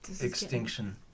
extinction